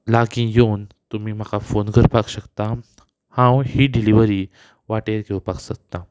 लागीं येवन तुमी म्हाका फोन करपाक शकता हांव ही डिलिव्हरी वाटेर घेवपाक सोदतां